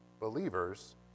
believers